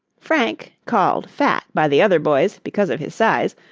frank, called fat by the other boys, because of his size,